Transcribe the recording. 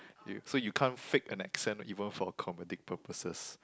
you so you can't fake an accent even for comedic purposes